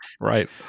Right